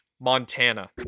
Montana